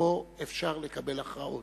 שבו אפשר לקבל הכרעות.